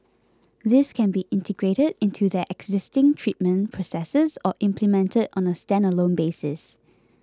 these can be integrated into their existing treatment processes or implemented on a standalone basis